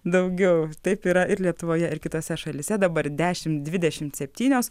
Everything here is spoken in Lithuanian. daugiau taip yra ir lietuvoje ir kitose šalyse dabar dešimt dvidešimt septynios